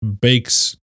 bakes